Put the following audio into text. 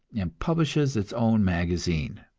and publishes its own magazine.